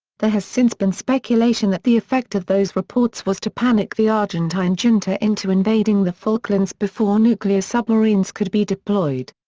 there has since been speculation that the effect of those reports was to panic the argentine junta into invading the falklands before nuclear submarines could be deployed.